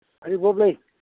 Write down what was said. ꯍꯩꯔꯨꯕꯣꯞ ꯂꯩ